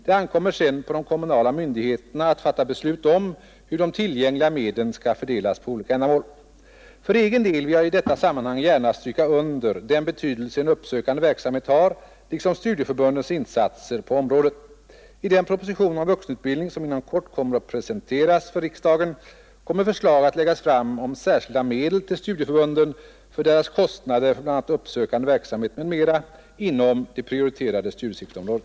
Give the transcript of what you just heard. Det ankommer sedan på de kommunala myndigheterna att fatta beslut om hur de tillgängliga medlen skall fördelas på olika ändamål. För egen del vill jag i detta sammanhang gärna stryka under den betydelse en uppsökande verksamhet har liksom studieförbundens insatser på området. I den proposition om vuxenutbildning som inom kort kommer att presenteras för riksdagen kommer förslag att läggas fram om särskilda medel till studieförbunden för deras kostnader för bl.a. uppsökande verksamhet m.m. inom det prioriterade studiecirkelområdet.